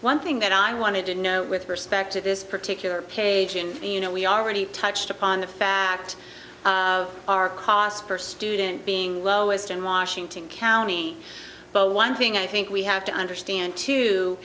one thing that i wanted to know with respect to this particular period you know we are already touched upon the fact our cost per student being lowest in washington county but one thing i think we have to understand too